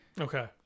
Okay